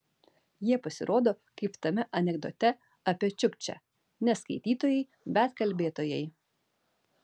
jie pasirodo kaip tame anekdote apie čiukčę ne skaitytojai bet kalbėtojai